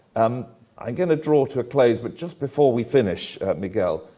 um i'm going to draw to a close, but just before we finish, miguel,